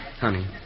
Honey